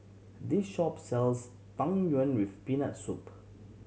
this shop sells Tang Yuen with Peanut Soup